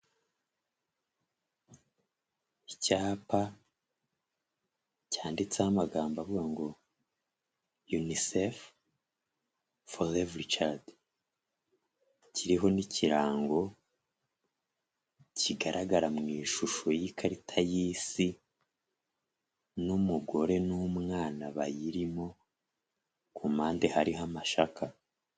Icyapa cyanditseho amagambo avuga ngo yunisefu foro evuri cadi, kiriho n'ikirango kigaragara mu ishusho y'ikarita y'isi n'umugore n'umwana bayirimo, ku mpande hariho amashaka.